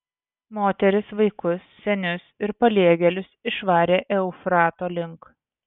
moteris vaikus senius ir paliegėlius išvarė eufrato link